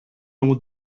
ont